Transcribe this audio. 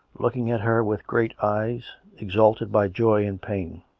looking at her with great eyes, exalted by joy and pain.